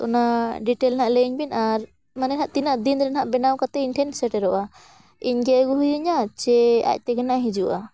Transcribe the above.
ᱚᱱᱟ ᱰᱤᱴᱮᱞ ᱱᱟᱦᱟᱜ ᱞᱟᱹᱭᱟᱹᱧ ᱵᱮᱱ ᱟᱨ ᱢᱟᱱᱮ ᱱᱟᱦᱟᱜ ᱛᱤᱱᱟᱹᱜ ᱫᱤᱱ ᱨᱮ ᱱᱟᱦᱟᱜ ᱵᱮᱱᱟᱣ ᱠᱟᱛᱮᱫ ᱤᱧ ᱴᱷᱮᱱ ᱥᱮᱴᱮᱨᱚᱜᱼᱟ ᱤᱧᱜᱮ ᱟᱹᱜᱩ ᱦᱩᱭᱟᱧᱟᱹ ᱪᱮ ᱟᱡ ᱛᱮᱜᱮ ᱱᱟᱦᱟᱜ ᱦᱤᱡᱩᱜᱼᱟ